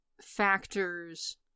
factors